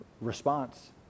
response